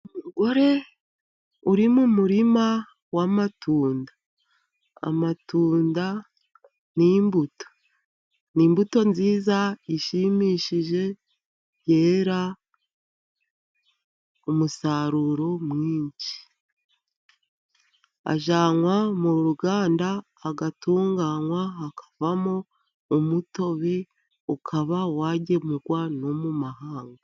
Umugore uri mu murima w'amatunda. Amatunda ni imbuto. Ni imbuto nziza zishimishije, yera umusaruro mwinshi. Ajyanwa mu ruganda agatunganywa hakavamo umutobe, ukaba wagemurwa no mu mahanga.